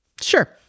Sure